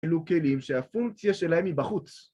‫אלו כלים שהפונקציה שלהם היא בחוץ.